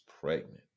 pregnant